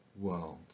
world